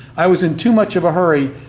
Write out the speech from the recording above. i was in too much of a hurry,